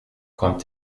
kommt